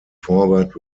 forward